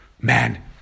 man